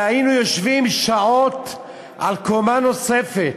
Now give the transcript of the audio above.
היינו יושבים שעות על קומה נוספת,